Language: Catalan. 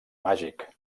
màgic